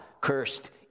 cursed